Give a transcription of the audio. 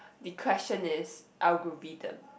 the question is algorithm